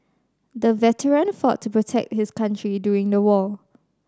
the veteran fought to protect his country during the war